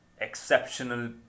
exceptional